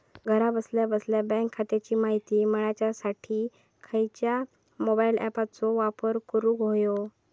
घरा बसल्या बसल्या बँक खात्याची माहिती मिळाच्यासाठी खायच्या मोबाईल ॲपाचो वापर करूक होयो?